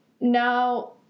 now